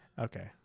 Okay